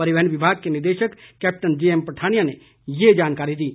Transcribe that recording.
परिवहन विभाग के निदेशक कैप्टन जेएम पठानियां ने ये जानकारी दी है